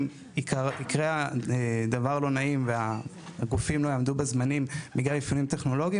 אם יקרה דבר לא נעים והגופים לא יעמדו בזמנים בגלל אפיונים טכנולוגיים,